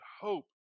hope